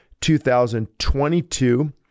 2022